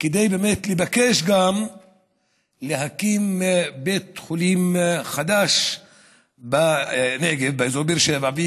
לבקש גם להקים בית חולים חדש בנגב, באזור באר שבע.